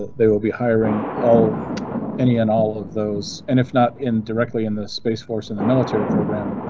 they will be hiring all any and all of those, and if not in directly in the space force in the military program,